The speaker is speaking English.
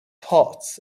hot